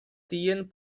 tien